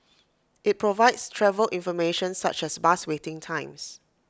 IT provides travel information such as bus waiting times